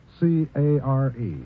C-A-R-E